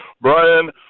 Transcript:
Brian